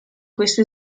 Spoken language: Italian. questi